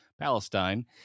Palestine